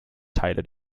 teile